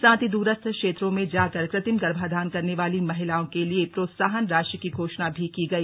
साथ ही दूरस्थ क्षेत्रों में जाकर कृत्रिम गर्भाधान करने वाली महिलाओं के लिए प्रोत्साहन राशि की घोषणा भी की गई